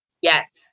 Yes